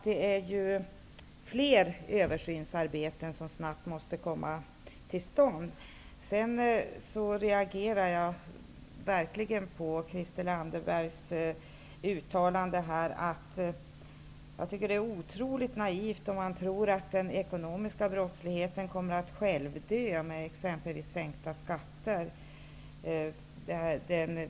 Det är alltså mer översynsarbete som snabbt måste komma till stånd. Jag reagerar verkligen på Christel Anderbergs uttalande. Det är otroligt naivt, med tanke på den verksamhet med tvättning av pengar och skalbolagsaffärer som förekommer, om man tror att den ekonomiska brottsligheten kommer att självdö med exempelvis sänkta skatter.